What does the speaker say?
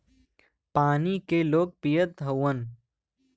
पानी के लोग पियत हउवन